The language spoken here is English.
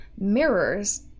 mirrors